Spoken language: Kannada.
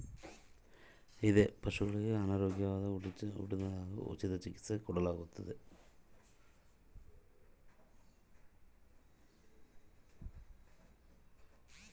ಪಶುಗಳಿಗೆ ಅನಾರೋಗ್ಯ ಉಂಟಾದಾಗ ಉಚಿತ ಚಿಕಿತ್ಸೆ ಕೊಡುತ್ತಾರೆಯೇ?